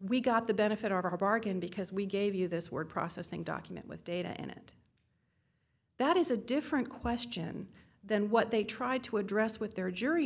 we got the benefit of our bargain because we gave you this word processing document with data and it that is a different question than what they tried to address with their jury